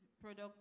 products